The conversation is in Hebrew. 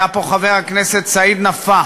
היה פה חבר הכנסת סעיד נפאע.